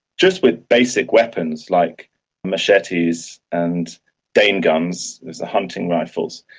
just with basic weapons like machetes and dane guns, those are hunting rifles.